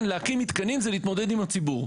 כן, להקין מתקנים זה להתמודד עם הציבור.